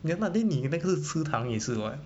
ya lah then 你那个吃糖也是